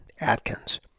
Atkins